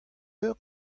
eur